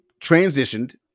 transitioned